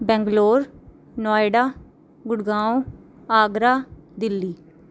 Bangalore Noida Gurgaon Agra Delhi